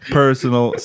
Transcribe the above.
personal